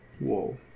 Whoa